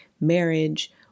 marriage